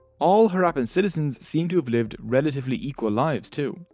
all harappan citizens seem to have lived relatively equal lives too.